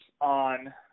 on